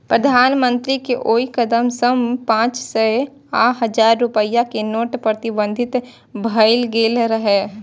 प्रधानमंत्रीक ओइ कदम सं पांच सय आ हजार रुपैया के नोट प्रतिबंधित भए गेल रहै